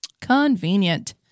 Convenient